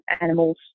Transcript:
animals